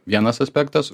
vienas aspektas